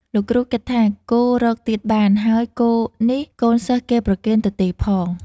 លោកគ្រូគិតថា គោរកទៀតបាន ហើយគោនេះកូនសិស្សគេប្រគេនទទេផង។